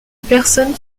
personne